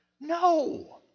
No